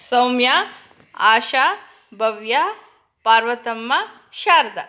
Soumya Asha Bhavya Parvathamma Sharada